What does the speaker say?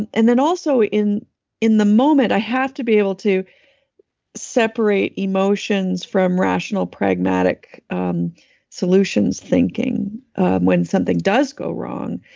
and and then also in in the moment, i have to be able to separate emotions from rational, pragmatic um solutions thinking when something does go wrong.